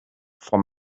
for